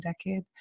decade